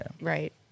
Right